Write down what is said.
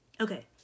Okay